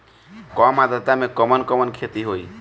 कम आद्रता में कवन कवन खेती होई?